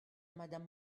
madame